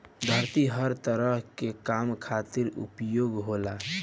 धरती हर तरह के काम खातिर उपयोग होला